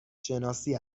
شناسی